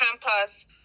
campus